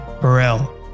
Burrell